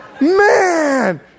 Man